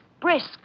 brisk